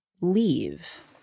leave